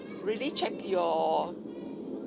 really check your